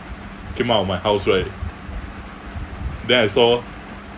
came out of my house right then I saw